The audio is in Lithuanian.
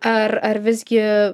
ar ar visgi